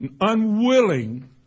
Unwilling